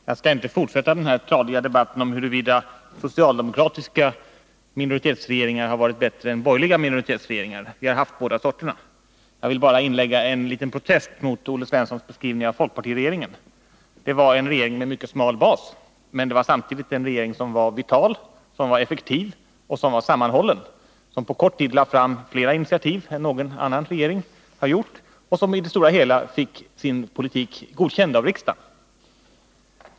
Fru talman! Jag skall inte fortsätta den här tradiga debatten om huruvida socialdemokratiska minoritetsregeringar har varit bättre än borgerliga minoritetsregeringar. Vi har haft båda sorterna. Jag vill bara inlägga en liten protest mot Olle Svenssons beskrivning av folkpartiregeringen. Den var en regering med mycket smal bas, men det var samtidigt en regering som var vital, effektiv och sammanhållen och som på kort tid lade fram flera initiativ än någon annan regering har gjort och som i det stora hela fick sin politik godkänd av riksdagen.